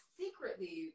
secretly